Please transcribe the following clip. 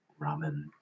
ramen